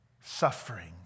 suffering